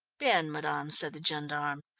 bien, madame, said the gendarme.